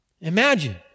Imagine